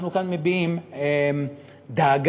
אנחנו כאן מביעים דאגה,